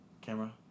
camera